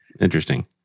Interesting